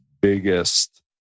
biggest